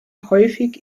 häufig